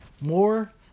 more